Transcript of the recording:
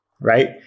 right